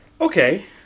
Okay